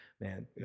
man